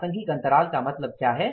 प्रासंगिक अंतराल का मतलब क्या है